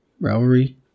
Rivalry